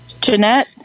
Jeanette